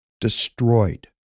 destroyed